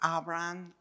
Abraham